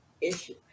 issue